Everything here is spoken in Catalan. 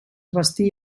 bastí